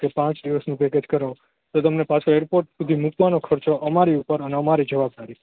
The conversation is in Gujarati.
કે પાંચ દિવસનું પેકેજ કરાવ તો તમને પાછો એર પોર્ટ સુધી મૂકવાનો ખર્ચો અમારી ઉપર અને અમારી જવાબદારી